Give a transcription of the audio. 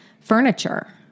furniture